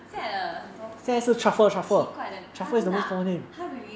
现在的有很多奇怪的 !huh! 真的啊 !huh! really